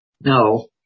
No